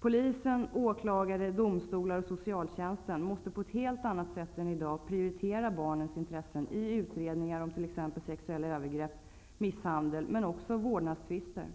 Polis, åklagare, domstolar och socialtjänst måste på ett helt annat sätt i dag prioritera barnens intressen i utredningar t.ex. om sexuella och andra övergrepp och om misshandel, men även i exempelvis vårdnadstvister.